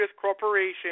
corporation